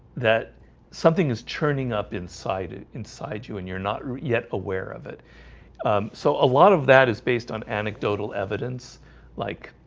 that something is churning up inside it inside you and you're not yet aware of it so a lot of that is based on anecdotal evidence like